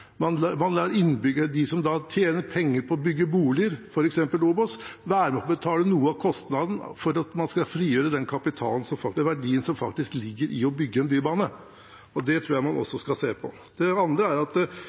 Man lar dem som tjener penger på å bygge boliger, f.eks. OBOS, være med og betale noe av kostnaden for at man skal frigjøre den verdien som faktisk ligger i å bygge en bybane. Det tror jeg man også skal se på. Det andre er at